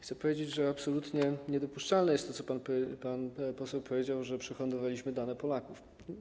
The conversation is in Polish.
Chcę powiedzieć, że absolutnie niedopuszczalne jest to, co pan poseł powiedział: że przehandlowaliśmy dane Polaków.